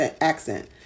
accent